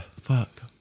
Fuck